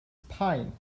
pine